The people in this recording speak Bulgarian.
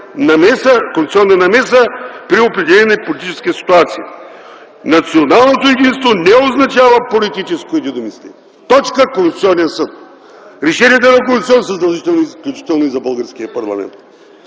конституционна намеса при определена политическа ситуация. Националното единство не означава политическо единомислие.” Точка. Конституционен съд. Решенията на Конституционния съд са задължителни, включително и за българския парламент.